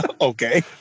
Okay